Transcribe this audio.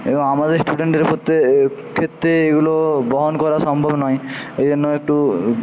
এবং আমাদের স্টুডেন্টদের ক্ষেত্রে ক্ষেত্রে এগুলো বহন করা সম্ভব নয় এজন্য একটু